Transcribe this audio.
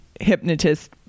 hypnotist